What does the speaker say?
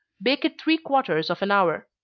bake it three quarters of an hour.